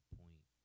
point